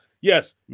yes